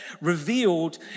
revealed